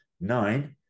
nine